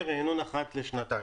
וריענון אחת לשנתיים.